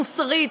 מוסרית,